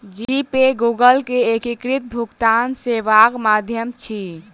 जी pay Google के एकीकृत भुगतान सेवाक माध्यम अछि